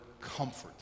comfort